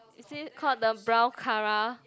is it called the brown Kara